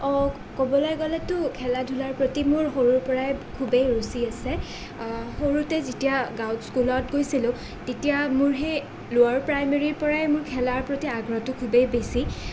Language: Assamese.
অঁ ক'বলৈ গ'লেতো খেলা ধূলাৰ প্ৰতি মোৰ সৰুৰে পৰাই খুবেই ৰুচি আছে সৰুতে যেতিয়া গাঁৱত স্কুলত গৈছিলোঁ তেতিয়া মোৰ সেই লোৱাৰ প্ৰাইমেৰীৰ পৰাই মোৰ খেলাৰ প্ৰতি আগ্ৰহটো খুবেই বেছি